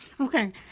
Okay